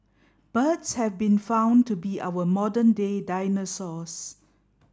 birds have been found to be our modern day dinosaurs